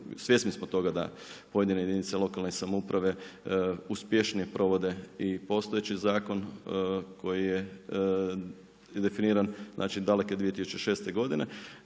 svjesni smo toga da pojedine jedinice lokalne samouprave uspješnije provode i postojeći zakon koji je definiran daleke 2006. godine,